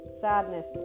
Sadness